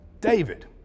David